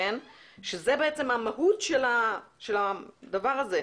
שזה בעצם המהות של הדבר הזה.